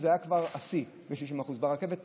זה היה כבר השיא ב-60%; ברכבת פחות.